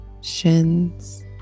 shins